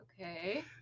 Okay